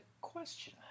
question